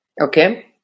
Okay